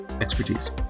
expertise